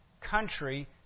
country